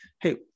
Hey